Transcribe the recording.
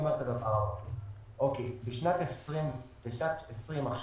בשנת 2020 יש